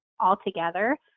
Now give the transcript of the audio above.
altogether